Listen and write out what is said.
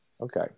Okay